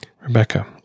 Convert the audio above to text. Rebecca